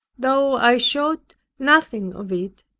though i showed nothing of it,